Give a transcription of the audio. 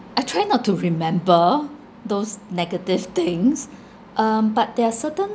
I try not to remember those negative things um but there are certain